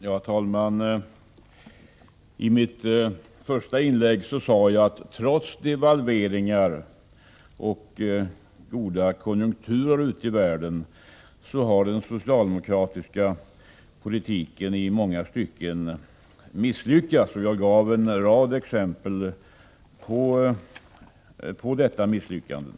Herr talman! I mitt första inlägg sade jag att trots devalveringar och goda konjunkturer ute i världen har den socialdemokratiska politiken i många stycken misslyckats. Jag gav en rad exempel på sådana misslyckanden.